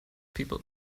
people